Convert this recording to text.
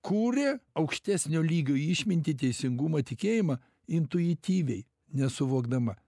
kuria aukštesnio lygio išmintį teisingumą tikėjimą intuityviai nesuvokdama